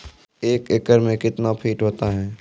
एक एकड मे कितना फीट होता हैं?